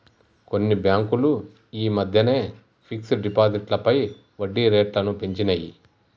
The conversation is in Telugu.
కొన్ని బ్యేంకులు యీ మద్దెనే ఫిక్స్డ్ డిపాజిట్లపై వడ్డీరేట్లను పెంచినియ్